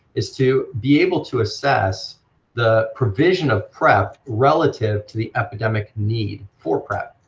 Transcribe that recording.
is to be able to assess the provision of prep relative to the epidemic need for prep.